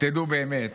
תדעו באמת